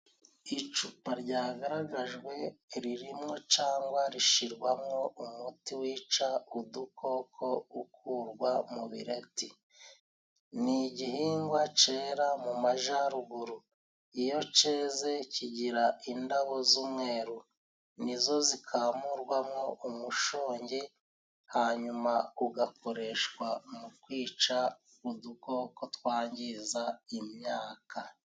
Icupa ryagaragajwe ririmwo cangwa rishyirwamwo umuti wica udukoko ukurwa mu bireti. Ni igihingwa cyera mu majaruguru, iyo cyeze kigira indabo z'umweru, nizo zikamurwamwo umushongi, hanyuma ugakoreshwa mu kwica udukoko twangiza imyaka.